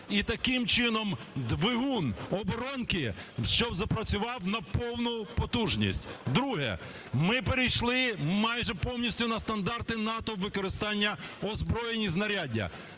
і таким чином двигун оборонки, щоб запрацював на повну потужність. Друге. Ми перейшли майже повністю на стандарти НАТО у використанні озброєнь і знаряддя.